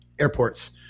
airports